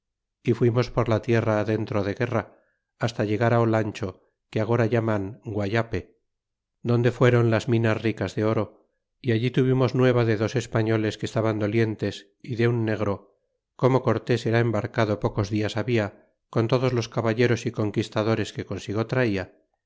y fuimos por la tierra adentro de guerra hasta llegar olancho que agora llaman guayape donde fuéron las minas ricas de oro y allí tuvimos nueva de dos españoles que estaban dolientes y de un negro como cortés era embarcado pocos dias habia con todos los caballeros y conquistadores que consigo traia